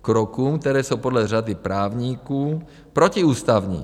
Krokům, které jsou podle řady právníků protiústavní?